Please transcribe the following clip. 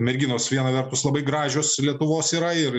merginos viena vertus labai gražios lietuvos yra ir